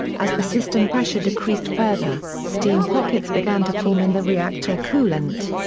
as the system pressure decreased further, steam pockets began to form in the reactor coolant.